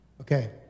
Okay